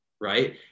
right